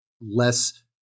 less –